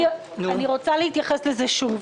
אני רוצה להתייחס לזה שוב.